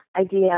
idea